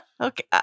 Okay